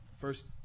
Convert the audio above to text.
first